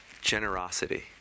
generosity